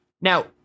Now